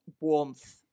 warmth